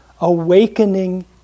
awakening